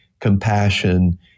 compassion